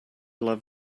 love